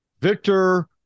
Victor